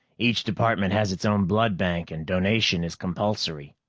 each department has its own blood bank and donation is compulsory.